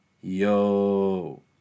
Yo